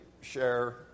share